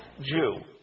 Jew